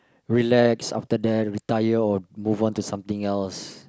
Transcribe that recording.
relax after that retire or move on to something else